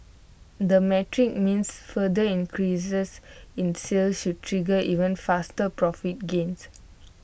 that metric means further increases in sales should trigger even faster profit gains